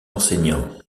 enseignant